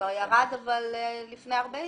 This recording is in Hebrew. כבר ירד לפני הרבה ישיבות.